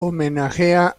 homenajea